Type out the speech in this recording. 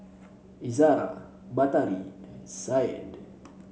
Izzara Batari and Syed